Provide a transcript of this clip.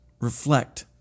reflect